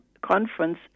conference